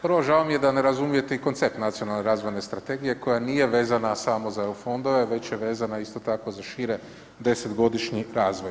Prvo žao mi je da ne razumijete i koncept Nacionalne razvojne strategije koja nije vezana samo za EU fondove već je vezana isto tako za šire 10 godišnji razvoj.